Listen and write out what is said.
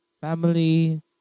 family